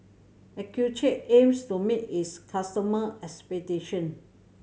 Accucheck aims to meet its customer expectation